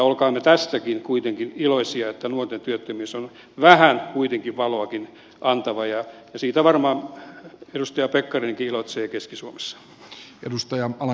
olkaamme tästäkin kuitenkin iloisia että nuorten työttömyys on vähän kuitenkin valoakin antava ja siitä varmaan edustaja pekkarinenkin iloitsee keski suomessa